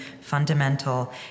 fundamental